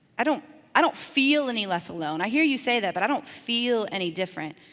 i don't i don't feel any less alone. i hear you say that, but i don't feel any different.